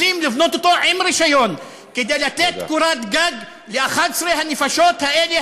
רוצים לבנות אותו עם רישיון כדי לתת קורת גג ל-11 הנפשות האלה,